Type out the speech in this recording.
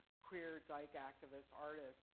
queer, dyke, activist, artist.